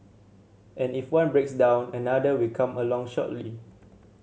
and if one breaks down another will come along shortly